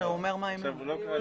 קיבל היתר זמני.